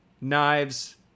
Knives